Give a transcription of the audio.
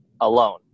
alone